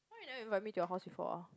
why you never invite me to your house before ah